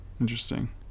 interesting